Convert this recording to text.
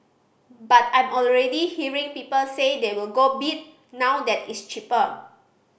but I'm already hearing people say they will go bid now that it's cheaper